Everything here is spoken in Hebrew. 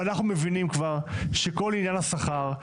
ואנחנו מבינים כבר שכל עניין השכר,